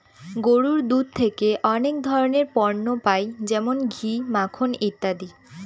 গরুর দুধ থেকে অনেক ধরনের পণ্য পাই যেমন ঘি, মাখন ইত্যাদি